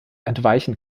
entweichen